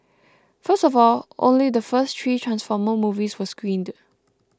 first of all only the first three Transformer movies were screened